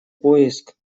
поиск